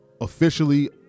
officially